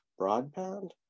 Broadband